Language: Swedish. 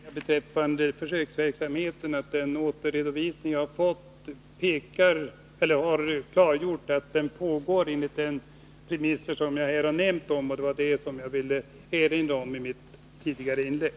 Herr talman! Jag vill bara säga beträffande försöksverksamheten att den redovisning som jag fått har klargjort att verksamheten pågår enligt de premisser som jag här har nämnt. Det var det jag ville erinra om i mitt tidigare inlägg.